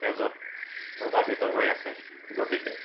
তেজত প্ৰবাহিত হৈ আছে গতিকে